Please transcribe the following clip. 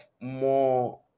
more